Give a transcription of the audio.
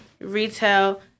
retail